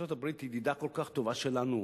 וארצות-הברית ידידה כל כך טובה שלנו,